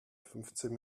fünfzehn